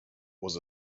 was